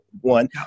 one